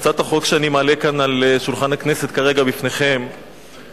הצעת החוק שאני מעלה כאן על שולחן הכנסת כרגע לפניכם עוסקת,